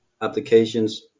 applications